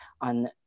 on